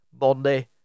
Monday